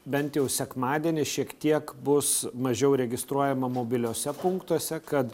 bent jau sekmadienį šiek tiek bus mažiau registruojama mobiliuose punktuose kad